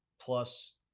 plus